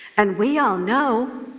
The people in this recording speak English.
and we all know,